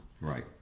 Right